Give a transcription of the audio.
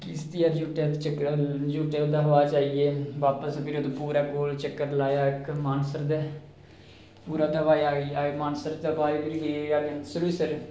किश्तियै पर झूटे चक्करै ओह्दे शा बाद च आई गे बापस फिर उत्थै पूरा गोल चक्कर लाया इक मानसर दे ओह्दे बाद आए मानसर दे बाद फिर अस गे सरूईंसर